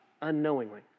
unknowingly